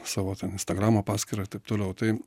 savo ten instagramo paskyrą ir taip toliau tai